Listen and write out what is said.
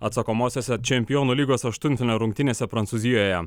atsakomosiose čempionų lygos aštuntfinalio rungtynėse prancūzijoje